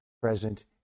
present